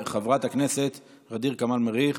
חברת הכנסת ע'דיר כמאל מריח